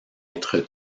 être